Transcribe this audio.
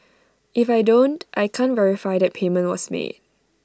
if I don't I can't verify that payment was made